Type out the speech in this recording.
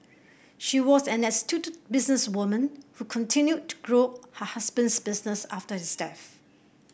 she was an astute businesswoman who continued to grow her husband's business after his death